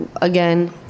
again